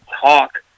talk